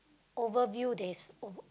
over bill that's all